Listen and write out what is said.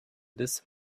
des